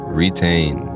retain